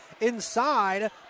inside